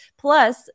Plus